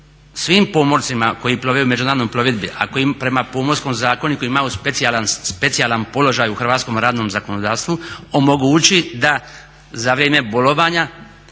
svim pomorcima koji plove u međunarodnoj plovidbi, ako im prema Pomorskom zakoniku imaju specijalan položaj u hrvatskom radnom zakonodavstvu omogući da za vrijeme bolovanja